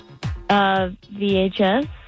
VHS